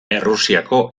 errusiako